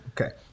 Okay